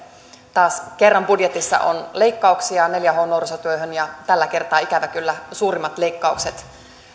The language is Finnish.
taas kerran budjetissa on leikkauksia neljä h n nuorisotyöhön ja tällä kertaa ikävä kyllä suurimmat leikkaukset